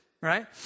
right